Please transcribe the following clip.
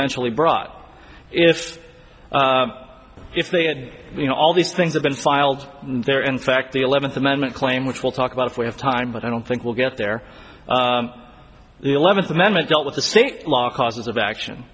eventually brought if if they had all these things have been filed there are in fact the eleventh amendment claim which we'll talk about if we have time but i don't think we'll get there the eleventh amendment dealt with the state law causes of action